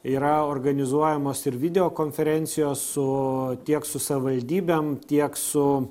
yra organizuojamos ir video konferencijos su tiek su savivaldybėm tiek su